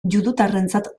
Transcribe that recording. judutarrentzat